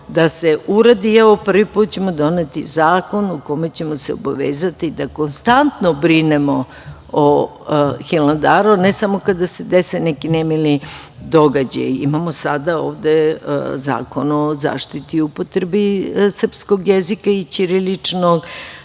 da se uradi. Prvi put ćemo doneti zakon u kome ćemo se obavezati da konstantno brinemo o Hilandaru, ne samo kada se dese neki nemili događaji. Imamo sada ovde Zakon o zaštiti i upotrebi srpskog jezika i ćiriličnog